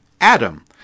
Adam